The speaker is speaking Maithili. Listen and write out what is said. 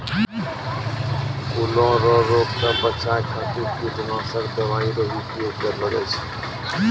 फूलो रो रोग से बचाय खातीर कीटनाशक दवाई रो भी उपयोग करलो जाय छै